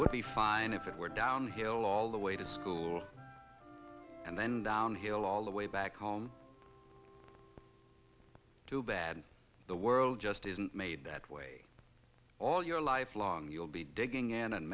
would be fine if it were downhill all the way to school and then downhill all the way back home too bad the world just isn't made that way all your life long you'll be digging in and